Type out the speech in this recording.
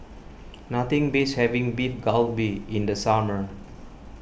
nothing beats having Beef Galbi in the summer